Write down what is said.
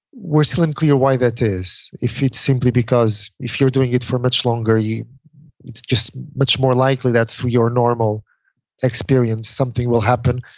we're still unclear why that is. if it's simply because if you're doing it for much longer, it's just much more likely that for your normal experience something will happen.